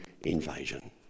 invasion